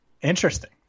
Interesting